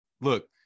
look